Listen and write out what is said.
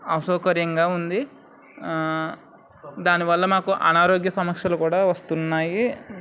అసౌకర్యంగా ఉంది దానివల్ల మాకు అనారోగ్య సమస్యలు కూడా వస్తున్నాయి